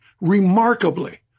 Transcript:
remarkably